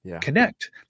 connect